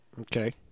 Okay